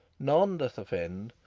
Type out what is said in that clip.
none does offend,